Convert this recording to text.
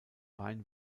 wein